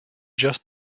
just